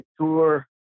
tour